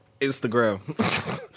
Instagram